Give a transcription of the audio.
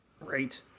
right